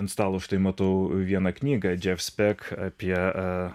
ant stalo štai matau vieną knygą džef spek apie